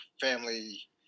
family